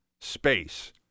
space